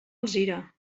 alzira